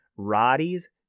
Roddy's